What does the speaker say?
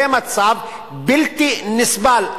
זה מצב בלתי נסבל.